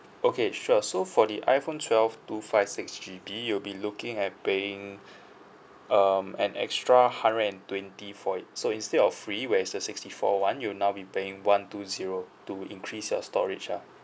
okay sure so for the iphone twelve two five six G_B you'll be looking at paying um an extra hundred and twenty for it so instead of free where it's a sixty four [one] you'll now be paying one two zero to increase your storage lah